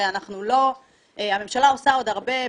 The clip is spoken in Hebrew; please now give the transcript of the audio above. הרי הממשלה עושה עוד הרבה,